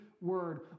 word